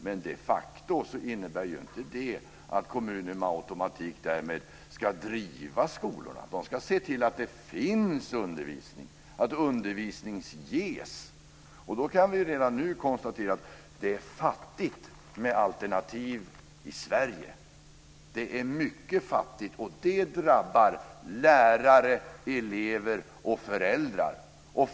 Men det innebär inte de facto att kommunen därmed med automatik ska driva skolorna. Den ska se till att det finns undervisning, dvs. att undervisning ges. Vi kan redan nu konstatera att det är mycket fattigt med alternativ i Sverige. Det drabbar lärare, elever och föräldrar.